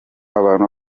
abantu